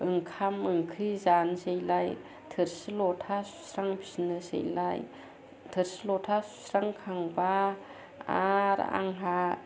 ओंखाम ओंख्रि जानोसैलाय थोरसि लथा सुस्रांफिननोसैलायष थोरसि लथा सुस्रांखांबा आरो आंहा